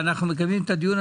ואנו מקיימים את הדיון.